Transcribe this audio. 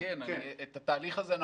אנחנו מכירים את התהליך הזה,